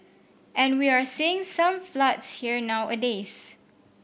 and we are seeing some floods here nowadays